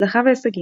הצלחה והישגים